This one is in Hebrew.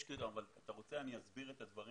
יש קריטריון אם אתה רוצה, אני אסביר את הדברים.